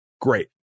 Great